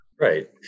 Right